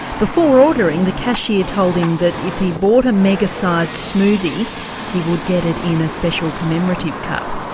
before ordering the cashier told him that if he bought a mega sized smoothie he would get it in a special commemorative cup.